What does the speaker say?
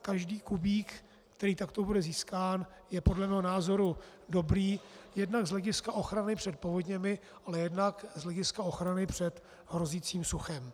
Každý kubík, který takto bude získán, je podle mého názoru dobrý jednak z hlediska ochrany před povodněmi, ale i z hlediska ochrany před hrozícím suchem.